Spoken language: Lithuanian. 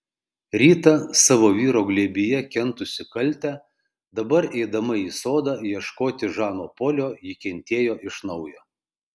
rytą savo vyro glėbyje kentusi kaltę dabar eidama į sodą ieškoti žano polio ji kentėjo iš naujo